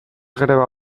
greba